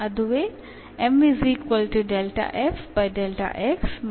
ಅದುವೇ ಮತ್ತು